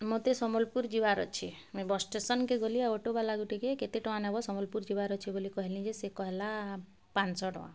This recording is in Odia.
ମୋତେ ସମ୍ବଲପୁର୍ ଯିବାର୍ ଅଛି ମୁଇଁ ବସ୍ ଷ୍ଟେସନ୍ କେ ଗଲି ଆଉ ଅଟୋବାଲା କୁ ଗୋଟେ କେତେ ଟଙ୍କା ନେବ ସମ୍ବଲପୁର୍ ଯିବାର୍ ଅଛେ ବୋଲି କହିଲି ଯେ ସେ କହେଲା ପାଞ୍ଚଶହ ଟଙ୍କା